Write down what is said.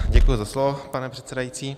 Děkuji za slovo, pane předsedající.